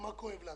ומה כואב לנו.